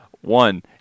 One